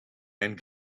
and